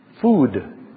food